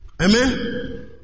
Amen